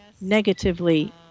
negatively